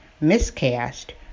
Miscast